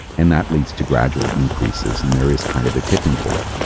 and that leads to gradual increases and there is kind of a tipping point.